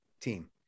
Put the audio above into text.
team